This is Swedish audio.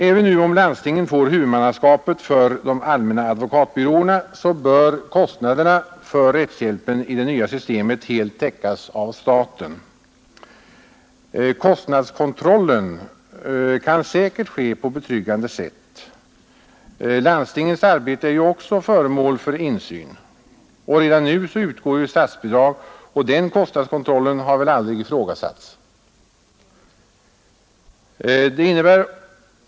Även om landstingen nu får huvudmannaskapet för de allmänna advokatbyråerna bör kostnaderna för rättshjälpen i det nya systemet helt täckas av staten. Kostnadskontrollen kan säkert ske på ett betryggande sätt. Landstingens arbete är ju också föremål för insyn, och redan nu utgår statsbidrag, och den kostnadskontrollen har väl aldrig ifrågasatts.